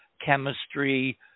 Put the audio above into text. chemistry